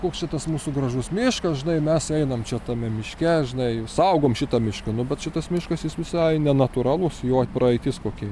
koks čia tas mūsų gražus miškas žinai mes einam čia tame miške žinai saugom šitą mišką nu bet šitas miškas jis visai nenatūralus jo praeitis kokia